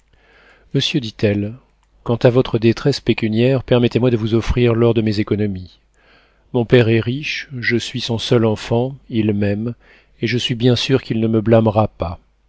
monsieur dit-elle quant à votre détresse pécuniaire permettez-moi de vous offrir l'or de mes économies mon père est riche je suis son seul enfant il m'aime et je suis bien sûre qu'il ne me blâmera pas